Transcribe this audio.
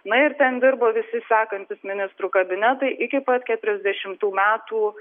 na ir ten dirbo visi sekantys ministrų kabinetai iki pat keturiasdešimtų metų